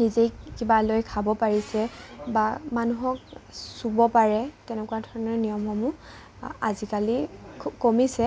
নিজেই কিবা লৈ খাব পাৰিছে বা মানুহক চুব পাৰে তেনেকুৱা ধৰণৰ নিয়মসমূহ আজিকালি খুব কমিছে